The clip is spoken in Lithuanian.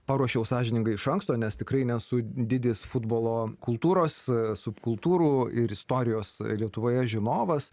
paruošiau sąžiningai iš anksto nes tikrai nesu didis futbolo kultūros subkultūrų ir istorijos lietuvoje žinovas